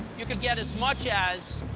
you could get as much as